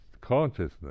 consciousness